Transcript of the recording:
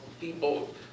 people